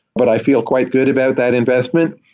but i feel quite good about that investment,